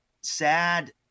sad